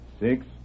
six